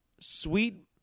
sweet